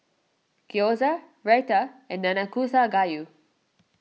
Gyoza Raita and Nanakusa Gayu